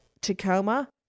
Tacoma